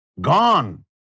Gone